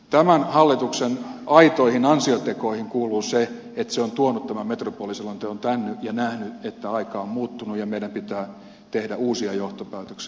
tämän hallituksen aitoihin ansiotekoihin kuuluu se että se on tuonut tämän metropoliselonteon tänne ja nähnyt että aika on muuttunut ja meidän pitää tehdä uusia johtopäätöksiä